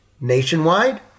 nationwide